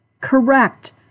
Correct